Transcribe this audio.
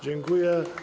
Dziękuję.